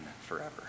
forever